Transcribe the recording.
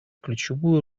ключевую